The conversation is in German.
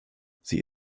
sie